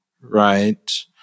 right